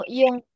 yung